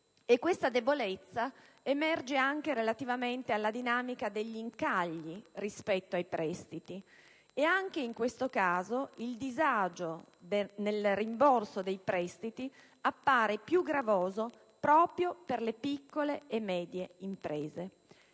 Tale debolezza emerge anche in relazione alla dinamica degli incagli rispetto ai prestiti: anche in questo caso il disagio nel rimborso dei prestiti appare più gravoso proprio per le piccole e medie imprese.